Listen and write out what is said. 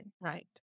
right